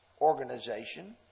organization